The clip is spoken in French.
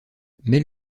mais